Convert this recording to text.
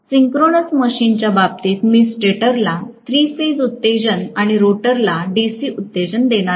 synchronous मशीनच्या बाबतीत मी स्टेटरला थ्री फेज उत्तेजन आणि रोटरला डीसी उत्तेजन देणार आहे